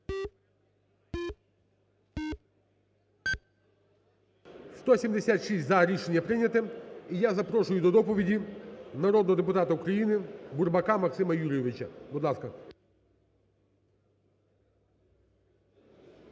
За-176 Рішення прийнято. І я запрошую до доповіді народного депутата України Бурбака Максима Юрійовича, будь ласка.